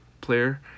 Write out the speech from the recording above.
player